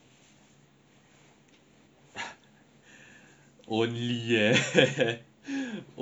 only yeah only